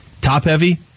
top-heavy